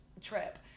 trip